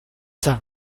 cang